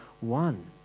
one